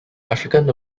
african